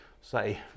say